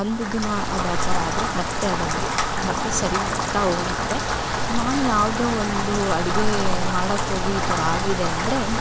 ಒಂದು ದಿನ ಅದು ಆ ಥರ ಆದರೆ ಮತ್ತು ಅದು ಹಂಗೆ ಮತ್ತು ಸರಿ ಹೋಗ್ತಾ ಹೋಗುತ್ತೆ ನಾನು ಯಾವುದೋ ಒಂದು ಅಡಿಗೆ ಮಾಡೋಕ್ಕೋಗಿ ಈ ಥರ ಆಗಿದೆ ಅಂದರೆ